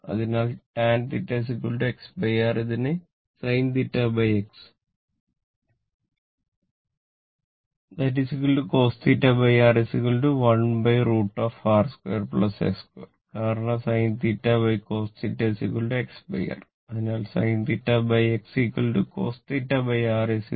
അതിനാൽ tan θ XR ഇതിന് sin θX cos θR 1√ R2 X2 കാരണം ഇത് sin θ cos θ XR